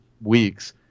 weeks